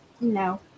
No